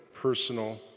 personal